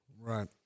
Right